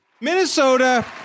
Minnesota